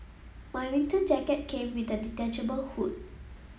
my winter jacket came with a detachable hood